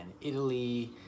Italy